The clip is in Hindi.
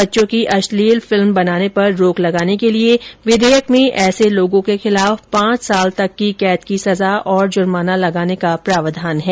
बच्चों की अश्लील फिल्म बनाने पर रोक लगाने के लिए विधेयक में ऐसे लोगों के खिलाफ पांच साल तक की कैद की सजा और जुर्माना लगाने का प्रावधान किया गया है